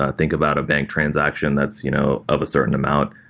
ah think about a bank transaction that's you know of a certain amount.